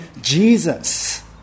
Jesus